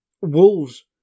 Wolves